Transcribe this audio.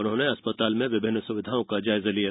उन्होंने अस्पताल में विभिन्न सुविधाओं का जायजा लिया